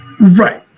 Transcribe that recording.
Right